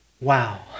Wow